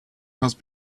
has